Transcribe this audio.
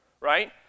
right